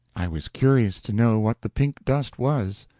i was curious to know what the pink dust was.